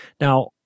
now